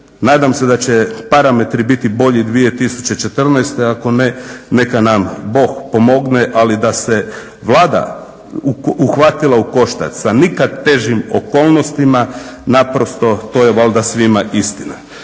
nadam se da će parametri biti bolji 2014., ako ne, neka nam Bog pomogne, ali da se Vlada uhvatila u koštac sa nikad težim okolnostima, naprosto to je valjda svima istina.